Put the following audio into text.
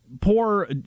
poor